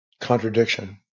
contradiction